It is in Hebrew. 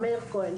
מאיר כהן,